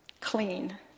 Clean